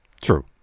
true